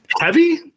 heavy